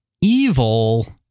evil